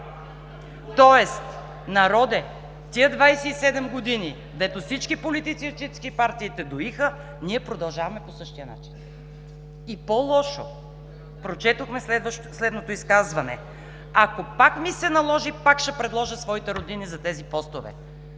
Тоест: народе, тези 27 години, дето всички политически партии те доиха, ние продължаваме по същия начин. И по-лошо, прочетохме следното изказване: „Ако пак ми се наложи, пак ще предложа своите роднини за тези постове“.